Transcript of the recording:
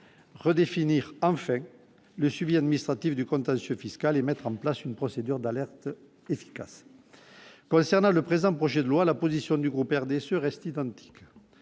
redéfinir en fait le suivi administratif du contentieux fiscal et mettre en place une procédure d'alerte efficace concernant le présent projet de loi la position du groupe RDSE reste identique